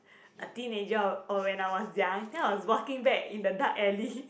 a teenager or or when I was young then I was walking back in the dark alley